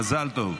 מזל טוב.